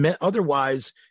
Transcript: otherwise